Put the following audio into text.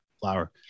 flower